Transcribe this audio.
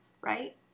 right